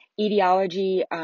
Etiology